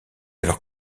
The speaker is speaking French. alors